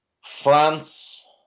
France